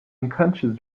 unconscious